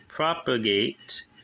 Propagate